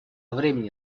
времени